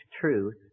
truth